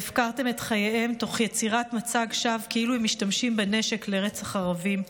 והפקרתם את חייהם תוך יצירת מצג שווא כאילו הם משתמשים בנשק לרצח ערבים.